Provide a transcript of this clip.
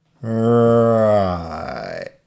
Right